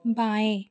बाएँ